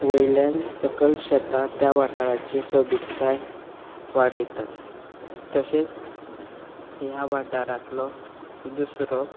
वयल्यान सकल शेतां त्या वाटाराची सोबीतकाय वाडयता तशेंच ह्या वाटारांतलो दुसरो